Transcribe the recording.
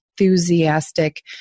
enthusiastic